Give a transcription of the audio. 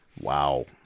Wow